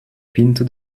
pinto